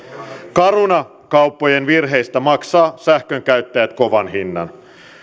caruna kauppojen virheistä maksavat sähkönkäyttäjät kovan hinnan